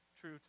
true